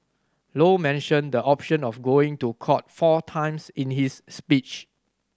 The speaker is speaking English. low mentioned the option of going to court four times in his speech